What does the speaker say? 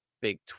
big